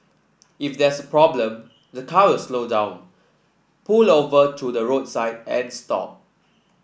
if there's a problem the car will slow down pull over to the roadside and stop